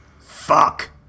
Fuck